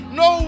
no